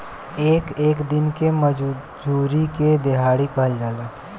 एक एक दिन के मजूरी के देहाड़ी कहल जाला